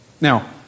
Now